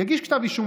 יגיש כתב אישום,